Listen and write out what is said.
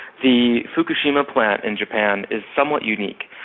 the fukushima plant in japan is somewhat unique.